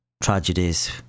tragedies